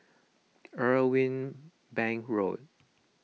Irwell Bank Road